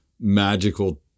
magical